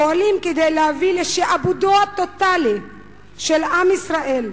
פועלים כדי להביא לשעבודו הטוטלי של עם ישראל.